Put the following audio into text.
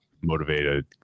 motivated